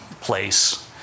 Place